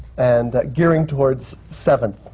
and gearing towards seven.